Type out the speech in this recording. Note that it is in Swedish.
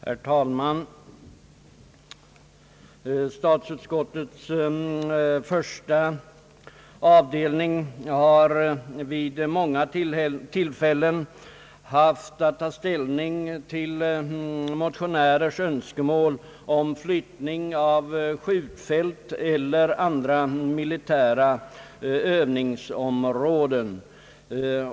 Herr talman! Statsutskottets första avdelning har vid många tillfällen haft att ta ställning till motionärers önskemål om flyttning av skjutfält eller andra militära övningsområden.